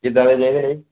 ਕਿਦਾ ਦੇ ਚਾਹੀਦੇ ਜੀ